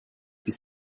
bis